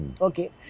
okay